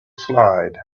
slide